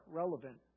relevant